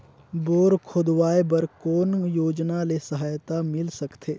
Bore खोदवाय बर कौन योजना ले सहायता मिल सकथे?